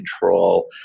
control